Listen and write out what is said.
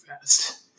fast